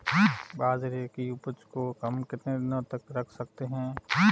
बाजरे की उपज को हम कितने दिनों तक रख सकते हैं?